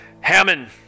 Hammond